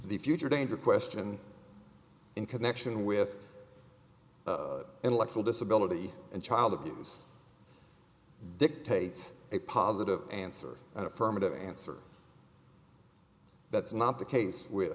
the future danger question in connection with intellectual disability and child abuse dictates a positive answer an affirmative answer that's not the case w